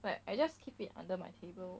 but I just keep it under my table